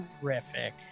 terrific